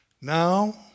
Now